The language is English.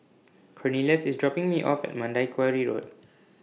Cornelious IS dropping Me off At Mandai Quarry Road